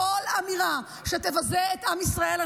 כל אמירה שתבזה את עם ישראל,